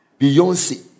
Beyonce